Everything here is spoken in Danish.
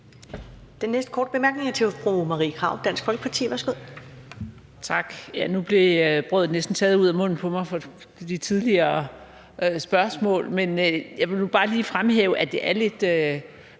Den næste korte bemærkning er til fru Marie Krarup, Dansk Folkeparti. Værsgo.